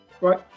Right